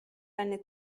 eine